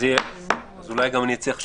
אולי גם אצליח לשכנע.